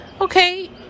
Okay